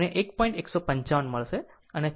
155 મળશે અને peak factor √3 એ 1